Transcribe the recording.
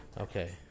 Okay